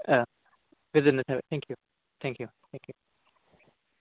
गोजोननाय थाबाय thank U